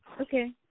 Okay